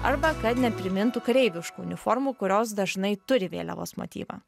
arba kad neprimintų kareiviškų uniformų kurios dažnai turi vėliavos motyvą